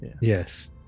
Yes